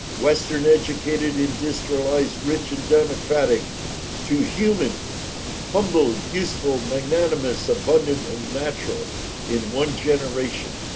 western educated, industrialized, rich and democratic to human humble useful magnanimous abundant and natural in one generation.